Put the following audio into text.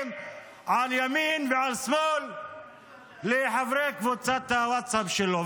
על ימין ועל שמאל לחברי קבוצת הווטסאפ שלו.